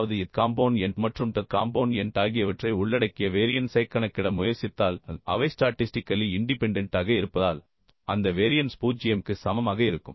அதாவது ith component மற்றும் jth component ஆகியவற்றை உள்ளடக்கிய வேரியன்ஸைக் கணக்கிட முயற்சித்தால் அவை ஸ்டாட்டிஸ்டிக்கலி இண்டிபெண்டெண்ட்டாக இருப்பதால் அந்த வேரியன்ஸ் 0 க்கு சமமாக இருக்கும்